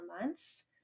months